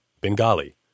Bengali